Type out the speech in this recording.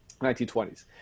1920s